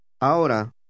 Ahora